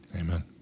Amen